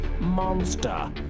monster